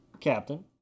Captain